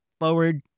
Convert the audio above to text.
forward